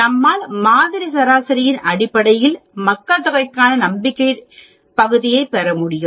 நம்மால் மாதிரி சராசரியின் அடிப்படையில் மக்கள்தொகைக்கான நம்பிக்கை பகுதியைப் பெறமுடியும்